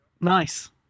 Nice